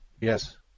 Yes